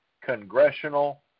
congressional